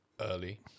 early